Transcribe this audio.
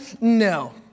No